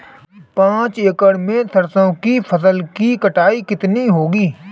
पांच एकड़ में सरसों की फसल की कटाई कितनी होगी?